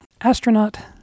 astronaut